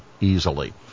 easily